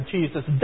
Jesus